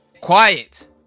Quiet